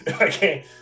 Okay